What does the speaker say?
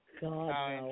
God